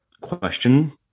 question